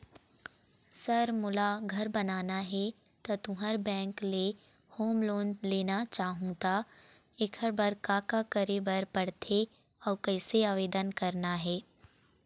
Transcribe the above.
Sir मोला घर बनाना हे ता तुंहर बैंक ले होम लोन लेना चाहूँ ता एकर बर का का करे बर पड़थे अउ कइसे आवेदन करना हे?